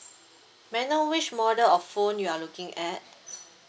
may I know which model of phone you are looking at